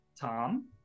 Tom